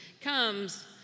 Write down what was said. comes